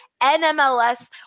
NMLS